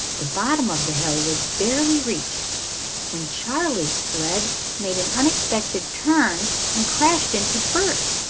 the bottom of the hill was barely reached when charley's sled made an unexpected turn and crashed into bert's,